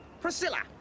Priscilla